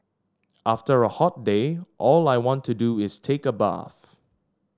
after a hot day all I want to do is take a bath